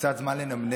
קצת זמן לנמנם,